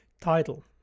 Title